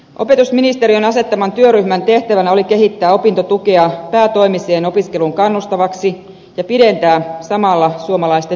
opetusministeriön asettaman työryhmän tehtävänä oli kehittää opintotukea päätoimiseen opiskeluun kannustavaksi ja pidentää samalla suomalaisten työuria